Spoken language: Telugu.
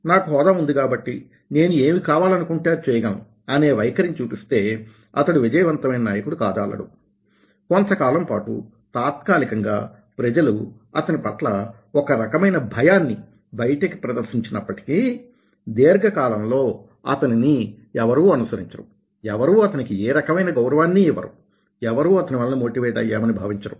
నాకు హోదా ఉంది కాబట్టి నేను ఏమి కావాలి అనుకుంటే అది చేయగలను అనే వైఖరి ని చూపిస్తే అతడు విజయవంతమైన నాయకుడు కాజాలడు కొంతకాలం పాటు తాత్కాలికంగా ప్రజలు అతని పట్ల ఒక రకమైన భయాన్ని బయటికి ప్రదర్శించినప్పటికీ దీర్ఘకాలంలో అతనిని ఎవరూ అనుసరించరు ఎవరూ అతనికి ఏ రకమైన గౌరవాన్నీ ఇవ్వరు ఎవరూ అతని వలన మోటివేట్ అయ్యామని భావించరు